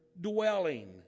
dwelling